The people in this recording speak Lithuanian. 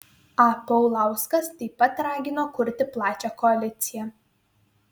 a paulauskas taip pat ragino kurti plačią koaliciją